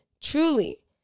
truly